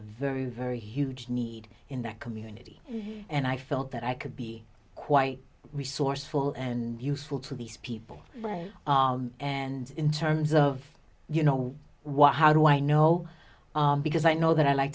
a very very huge need in that community and i felt that i could be quite resourceful and useful to these people and in terms of you know what how do i know because i know that i like